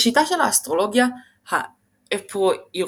ראשיתה של האסטרולוגיה האפרואירואסייתית